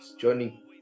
johnny